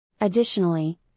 Additionally